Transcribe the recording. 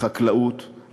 החקלאות,